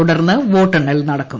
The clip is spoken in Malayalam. തുടർന്ന് വോട്ടെണ്ണൽ നടക്കും